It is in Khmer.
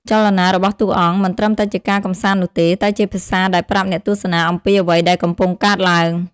ចលនារបស់តួអង្គ មិនត្រឹមតែជាការកម្សាន្តនោះទេ តែជាភាសាដែលប្រាប់អ្នកទស្សនាអំពីអ្វីដែលកំពុងកើតឡើង។